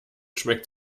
schmeckt